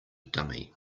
dummy